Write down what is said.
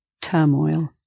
turmoil